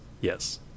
Yes